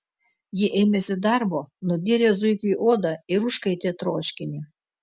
ji ėmėsi darbo nudyrė zuikiui odą ir užkaitė troškinį